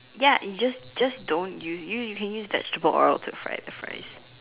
ya it's just just don't use you you can use vegetable oil to fried the fries